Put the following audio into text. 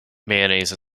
mayonnaise